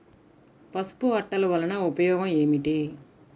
పసుపు అట్టలు వలన ఉపయోగం ఏమిటి?